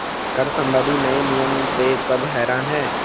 कर संबंधी नए नियम से सब हैरान हैं